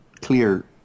clear